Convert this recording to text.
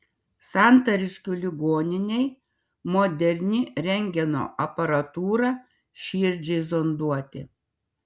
santariškių ligoninei moderni rentgeno aparatūra širdžiai zonduoti